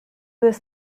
was